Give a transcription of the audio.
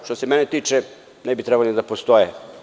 Što se mene tiče, ne bi trebali ni da postoje.